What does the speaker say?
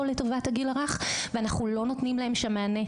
לטובת הגיל הרך ואנחנו לא נותנים להם מענה.